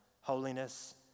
holiness